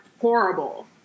horrible